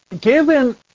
given